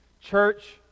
Church